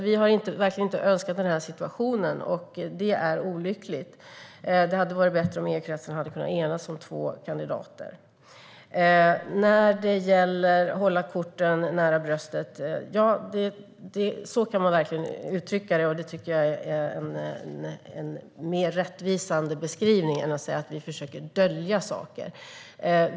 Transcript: Vi har verkligen inte önskat den här situationen, som är olycklig. Det hade varit bättre om EU-kretsen hade kunnat enas om två kandidater. När det gäller att hålla korten nära bröstet kan man verkligen uttrycka det så. Det tycker jag är en mer rättvisande beskrivning än att vi försöker dölja saker.